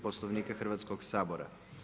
Poslovnika Hrvatskog sabora.